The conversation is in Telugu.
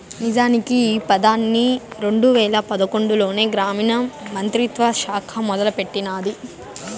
నిజానికి ఈ పదకాన్ని రెండు వేల పదకొండులోనే గ్రామీణ మంత్రిత్వ శాఖ మొదలెట్టినాది